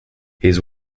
his